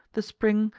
the spring,